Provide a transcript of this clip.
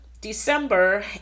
December